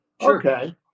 okay